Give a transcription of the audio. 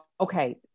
okay